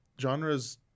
genres